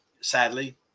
sadly